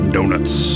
Donuts